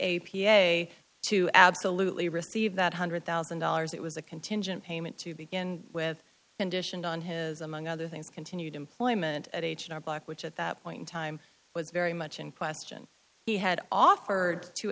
a to absolutely receive that hundred thousand dollars it was a contingent payment to begin with conditioned on his among other things continued employment at h and r block which at that point in time was very much in question he had offered to